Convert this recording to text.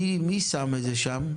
מי שם את זה שם?